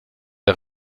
der